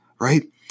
right